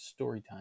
Storytime